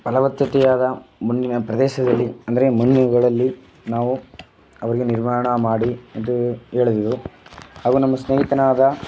ಫಲವತ್ತತೆಯಾದ ಮಣ್ಣಿನ ಪ್ರದೇಶದಲ್ಲಿ ಅಂದರೆ ಮಣ್ಣುಗಳಲ್ಲಿ ನಾವು ಅವ್ರಿಗೆ ನಿರ್ಮಾಣ ಮಾಡಿ ಎಂದು ಹೇಳಿದೆವು ಹಾಗೂ ನಮ್ಮ ಸ್ನೇಹಿತನಾದ